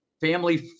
family